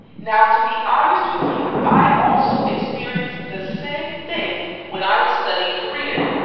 now to be honest with you i also experienced the same thing when i was studying korean.